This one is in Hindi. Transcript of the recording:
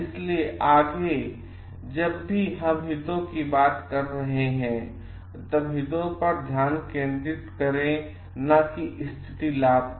इसलिए आगे जब भी हम हितों की बात कर रहे हैं तब हितों पर ध्यान केंद्रित करें न कि स्थिति लाभ पर